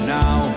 now